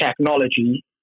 technology